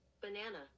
Banana